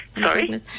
Sorry